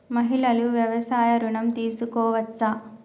మహిళలు వ్యవసాయ ఋణం తీసుకోవచ్చా?